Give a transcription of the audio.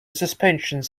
suspensions